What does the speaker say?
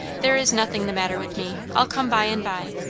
there is nothing the matter with me. i'll come by and by.